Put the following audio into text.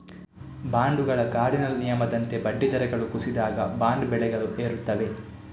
ಬಾಂಡುಗಳ ಕಾರ್ಡಿನಲ್ ನಿಯಮದಂತೆ ಬಡ್ಡಿ ದರಗಳು ಕುಸಿದಾಗ, ಬಾಂಡ್ ಬೆಲೆಗಳು ಏರುತ್ತವೆ